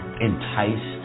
enticed